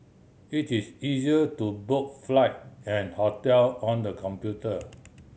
it is easy to book flight and hotel on the computer